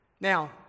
Now